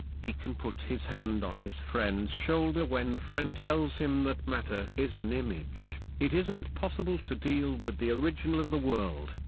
he can put his hand on his friend's shoulder when the friend tells him that matter is an image it isn't possible to deal with the original of the world,